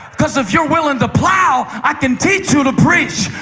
because if you're willing to plow i can teach you to preach,